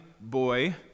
boy